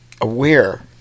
aware